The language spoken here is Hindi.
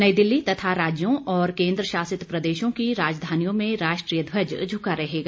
नई दिल्ली तथा राज्यों और केन्द्रशासित प्रदेशों की राजधानियों में राष्ट्रीय ध्वज झुका रहेगा